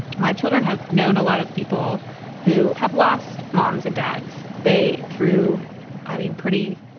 my children have known a lot of people who have lost moms and dads. they through i mean, pretty,